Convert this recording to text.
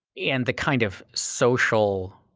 and the kind of social